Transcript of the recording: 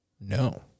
No